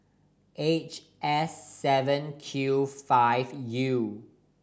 H S seven Q five U